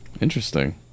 interesting